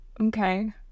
Okay